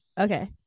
Okay